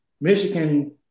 Michigan